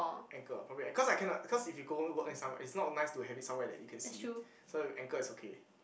ankle probably ankle cause I cannot cause if you go work and stuff right it's not nice to have it somewhere that you can see so ankle is okay